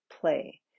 play